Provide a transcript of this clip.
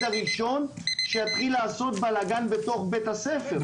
הראשון שיתחיל לעשות בלגן בתוך בית הספר.